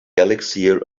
elixir